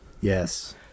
Yes